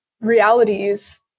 realities